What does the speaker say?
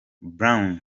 brown